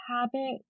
habit